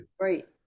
Right